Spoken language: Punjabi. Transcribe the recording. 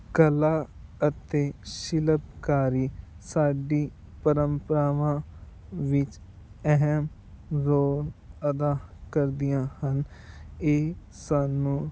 ਕਲਾ ਅਤੇ ਸ਼ਿਲਪਕਾਰੀ ਸਾਡੀ ਪਰੰਪਰਾਵਾਂ ਵਿੱਚ ਅਹਿਮ ਰੋਲ ਅਦਾ ਕਰਦੀਆਂ ਹਨ ਇਹ ਸਾਨੂੰ